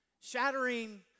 shattering